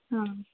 हाँ